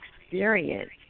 experience